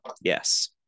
yes